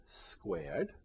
squared